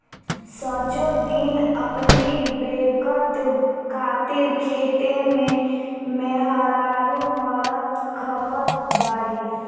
सजो दिन अपनी बेकत खातिर खेते में मेहरारू मरत खपत बाड़ी